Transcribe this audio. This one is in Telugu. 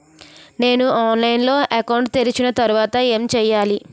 నేను ఆన్లైన్ లో అకౌంట్ తెరిచిన తర్వాత ఏం చేయాలి?